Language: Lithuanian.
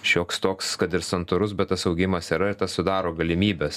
šioks toks kad ir santūrus bet tas augimas yra ir tas sudaro galimybes